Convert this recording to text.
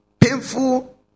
painful